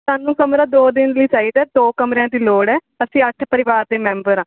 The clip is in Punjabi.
ਸਾਨੂੰ ਕਮਰਾ ਦੋ ਦਿਨ ਲਈ ਚਾਹੀਦਾ ਦੋ ਕਮਰਿਆਂ ਦੀ ਲੋੜ ਹੈ ਅਸੀਂ ਅੱਠ ਪਰਿਵਾਰ ਦੇ ਮੈਂਬਰ ਹਾਂ